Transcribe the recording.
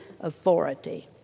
authority